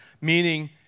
meaning